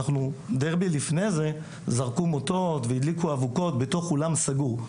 אנחנו דרבי לפני זה זרקו מוטות והדליקו אבוקות בתוך אולם סגור.